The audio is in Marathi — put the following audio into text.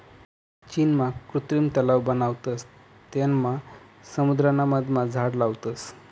चीनमा कृत्रिम तलाव बनावतस तेनमा समुद्राना मधमा झाड लावतस